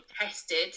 tested